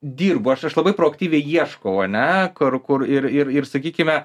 dirbu aš aš labai proaktyviai ieškau ane kur kur ir ir ir sakykime